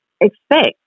expect